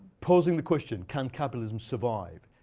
posing the question, can capitalism survive?